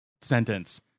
sentence